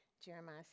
Jeremiah